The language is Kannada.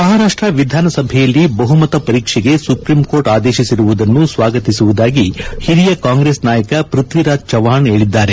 ಮಹಾರಾಷ್ಟ ವಿಧಾನಸಭೆಯಲ್ಲಿ ಬಹುಮತ ಪರೀಕ್ಷೆಗೆ ಸುಪ್ರೀಂಕೋರ್ಟ್ ಆದೇಶಿಸಿರುವುದನ್ನು ಸ್ವಾಗತಿಸುವುದಾಗಿ ಹಿರಿಯ ಕಾಂಗ್ರೆಸ್ ನಾಯಕ ಪ್ಪಥ್ಲಿರಾಜ್ ಚೌಹಾಣ್ ಹೇಳಿದ್ದಾರೆ